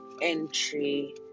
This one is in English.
entry